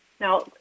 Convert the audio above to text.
now